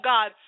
God